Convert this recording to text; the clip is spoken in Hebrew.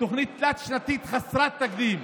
תוכנית תלת-שנתית חסרת תקדים,